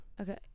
Okay